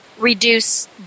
Reduce